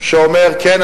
שאומר: כן,